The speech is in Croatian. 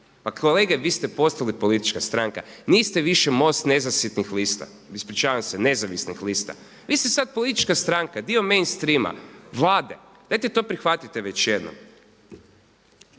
Pa kolege, vi ste postali politička stranka, niste više MOST nezasitnih lista, ispričavam se, nezavisnih lista, vi ste sada politička stranka, dio mainstreama, Vlade, dajte to prihvatite već jednom.